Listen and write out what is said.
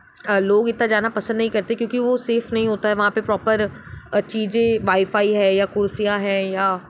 हाँ लोग इतना जाना पसंद नहीं करते क्योंकि वो सैफ नहीं होता है वहाँ पे प्रॉपर चीजें वाईफाई है या कुर्सियाँ है या